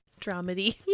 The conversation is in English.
dramedy